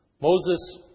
Moses